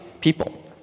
people